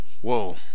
Whoa